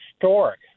historic